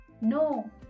no